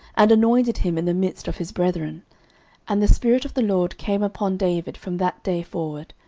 and anointed him in the midst of his brethren and the spirit of the lord came upon david from that day forward.